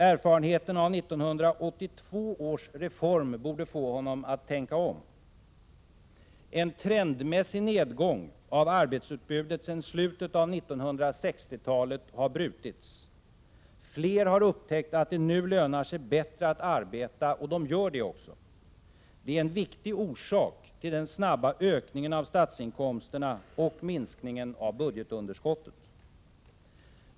Erfarenheterna av 1982 års reform borde få honom att tänka om. En trendmässig nedgång av arbetsutbudet sedan slutet av 1960-talet har brutits. Fler har upptäckt att det nu lönar sig bättre att arbeta, och det gör de också. Det är en viktig orsak till den snabba ökningen av statsinkomsterna och minskningen av budgetunderskottet.